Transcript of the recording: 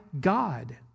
God